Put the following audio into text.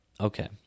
okay